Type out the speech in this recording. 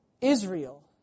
Israel